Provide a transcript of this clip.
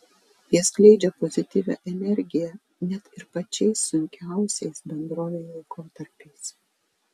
jie skleidžia pozityvią energiją net ir pačiais sunkiausiais bendrovei laikotarpiais